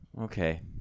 Okay